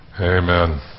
Amen